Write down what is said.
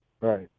Right